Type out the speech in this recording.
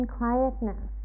quietness